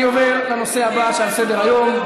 אני עובר לנושא הבא שעל סדר-היום: